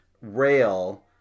rail